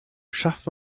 schafft